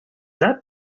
that